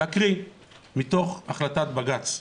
להקריא מתוך החלטת בג"ץ: